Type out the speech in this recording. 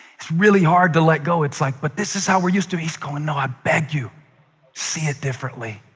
it's really hard to let go. it's like, but this is how we're used to. he's going, no, i beg you see it differently.